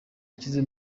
yashyize